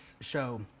show